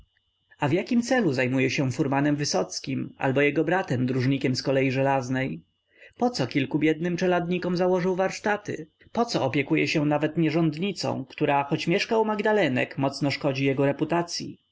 a w jakim celu zajmuje się furmanem wysockim albo jego bratem dróżnikiem z kolei żelaznej poco kilku biednym czeladnikom założył warsztaty poco opiekuje się nawet nierządnicą która choć mieszka u magdalenek mocno szkodzi jego reputacyi